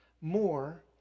more